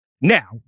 Now